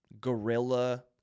guerrilla